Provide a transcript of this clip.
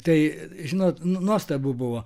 tai žinot nuostabu buvo